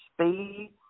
speed